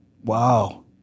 Wow